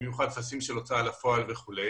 במיוחד טפסים של הוצאה לפועל וכולי